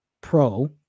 pro